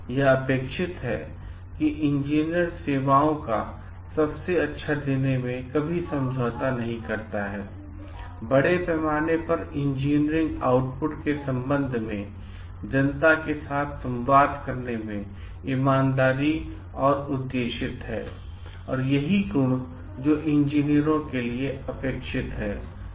यह अपेक्षित है कि इंजीनियर सेवाओं का सबसे अच्छा देने में समझौता नहीं करता है बड़े पैमाने पर इंजीनियरिंग आउटपुट के संबंध में जनता के साथ संवाद करने में ईमानदारी और उद्शेयित है और यही गुण जो इंजीनियरों के लिए अपेक्षित हैं